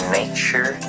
nature